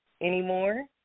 anymore